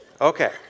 Okay